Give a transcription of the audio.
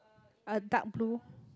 a dark blue